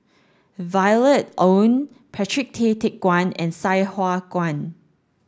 Violet Oon Patrick Tay Teck Guan and Sai Hua Kuan